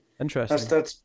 Interesting